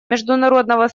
международного